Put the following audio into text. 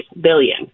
billion